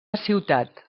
ciutat